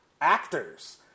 actors